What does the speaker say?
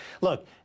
Look